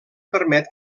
permet